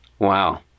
Wow